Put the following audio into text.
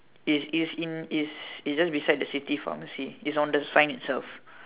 is is in is is just beside the city pharmacy is on the sign itself